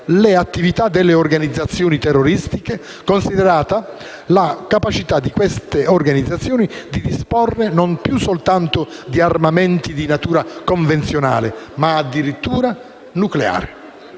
le attività delle organizzazioni terroristiche, considerata la capacità di queste organizzazioni di disporre, non più soltanto di armamenti di natura convenzionale, ma addirittura nucleare.